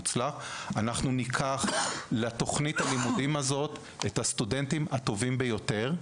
ניקח לתכנית הלימודים הזאת את הסטודנטים הטובים ביותר,